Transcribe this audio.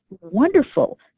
wonderful